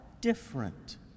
different